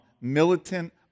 militant